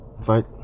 Fight